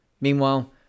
Meanwhile